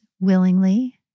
willingly